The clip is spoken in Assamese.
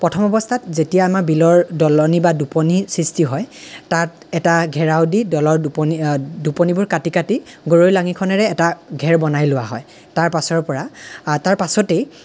প্ৰথম অৱস্থাত যেতিয়া আমাৰ বিলৰ দলনি বা দোপনি সৃষ্টি হয় তাত এটা ঘেৰাও দি দলৰ দোপনি দোপনিবোৰ কাটি কাটি গৰৈ লাঙিখনেৰে এটা ঘেৰ বনাই লোৱা হয় তাৰ পাছৰ পৰা তাৰ পাছতেই